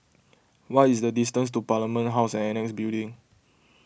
what is the distance to Parliament House Annexe Building